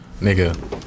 Nigga